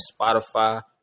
Spotify